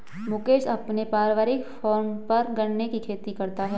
मुकेश अपने पारिवारिक फॉर्म पर गन्ने की खेती करता है